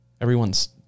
everyone's